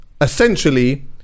essentially